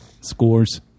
Scores